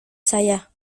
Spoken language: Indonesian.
saya